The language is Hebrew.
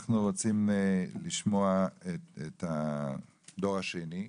אנחנו רוצים לשמוע את הדור השני,